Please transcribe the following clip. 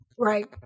Right